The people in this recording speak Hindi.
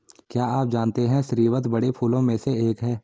क्या आप जानते है स्रीवत बड़े फूलों में से एक है